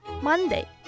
Monday